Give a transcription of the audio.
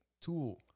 tool